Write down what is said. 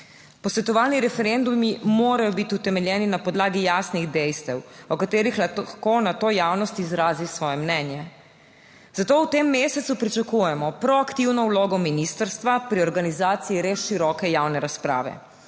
Posvetovalni referendumi morajo biti utemeljeni na podlagi jasnih dejstev, o katerih lahko nato javnost izrazi svoje mnenje. Zato v tem mesecu pričakujemo proaktivno vlogo ministrstva pri organizaciji res široke javne razprave.